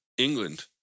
England